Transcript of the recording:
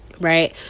right